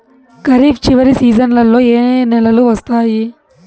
ఖరీఫ్ చివరి సీజన్లలో ఏ ఏ నెలలు వస్తాయి